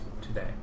today